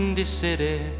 City